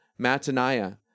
Mataniah